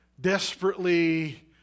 desperately